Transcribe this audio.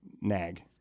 nag